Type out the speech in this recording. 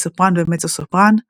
לסופרן ומצו סופרן,